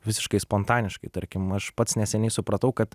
visiškai spontaniškai tarkim aš pats neseniai supratau kad